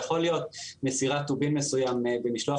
זה יכול להיות מסירת טובין מסוים במשלוח